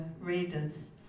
readers